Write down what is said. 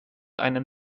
einen